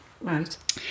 Right